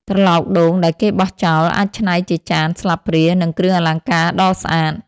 ត្រឡោកដូងដែលគេបោះចោល អាចច្នៃជាចាន ស្លាបព្រា និងគ្រឿងអលង្ការដ៏ស្អាត។